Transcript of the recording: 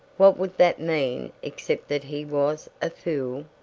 what would that mean except that he was a fool?